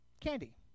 candy